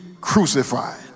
crucified